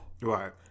right